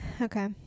Okay